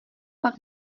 pak